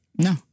No